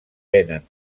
venen